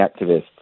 activists